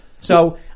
So-